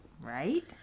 Right